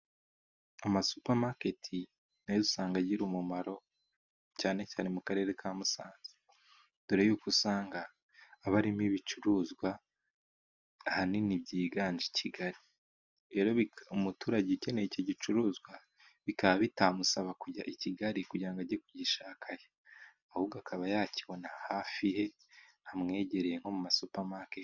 Amasupamaketi na yo usanga agira umumaro cyane cyane mu Karere ka Musanze, dore y'uko usanga aba arimo ibicuruzwa ahanini byiganje i Kigali, rero umuturage ukeneye icyo gicuruzwa ,bikaba bitamusaba kujya i Kigali kugira ngo ajye kugishakayo ,ahubwo akaba yakibona hafi ye hamwegereye, nko mu masupamaketi.